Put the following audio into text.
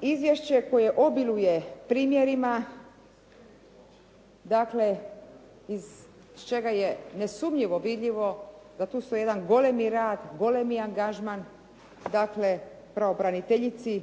izvješće koje obiluje primjerima dakle, iz čega je nesumnjivo vidljivo da tu stoji jedan golemi rad, golemi angažman, dakle, pravobraniteljici